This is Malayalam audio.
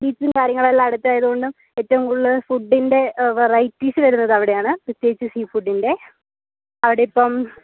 ബീച്ചും കാര്യങ്ങളും എല്ലാം അടുത്തായത് കൊണ്ടും ഏറ്റവും കൂടുതല് ഫുഡിൻ്റെ വെറൈറ്റിസ് വരുന്നത് അവിടെയാണ് പ്രത്യേകിച്ച് സീഫുഡിൻ്റെ അവിടിപ്പം